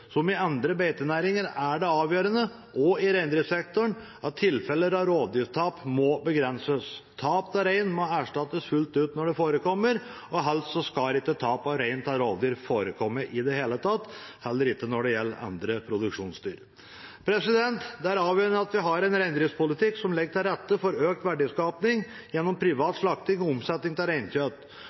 Som i andre beitenæringer er det avgjørende også i reindriftsektoren at tilfeller av rovdyrtap må begrenses. Tap av rein må erstattes fullt ut når det forekommer. Helst skal ikke tap av rein til rovdyr forekomme i det hele tatt – heller ikke når det gjelder andre produksjonsdyr. Det er avgjørende at vi har en reindriftspolitikk som legger til rette for økt verdiskaping gjennom privat slakting og omsetning av reinkjøtt.